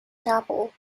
chapel